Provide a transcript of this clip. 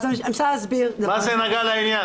מה זה נגע לעניין?